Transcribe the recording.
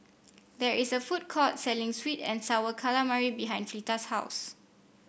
there is a food court selling sweet and sour calamari behind Fleeta's house